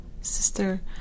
Sister